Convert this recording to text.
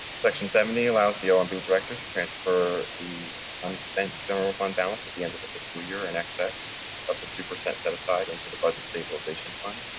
section seventy allows the and omb director to transfer the unspent general fund balance at the end of the fiscal year in excess of the two percent set aside into the budget stabilization fund.